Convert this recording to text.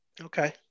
Okay